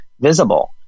visible